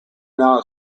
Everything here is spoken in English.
now